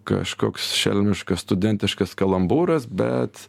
kažkoks šelmiškas studentiškas kalambūras bet